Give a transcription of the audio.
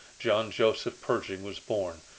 john joseph pershing was born,